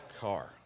car